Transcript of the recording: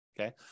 okay